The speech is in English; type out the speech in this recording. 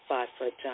Five-Foot